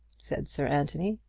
said sir anthony.